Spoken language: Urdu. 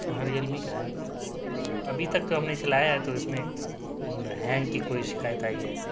ہاں ریلمی کا ہے ابھی تک تو ہم نے چلایا ہے تو اس میں ہینگ کی کوئی شکایت آئی ہیں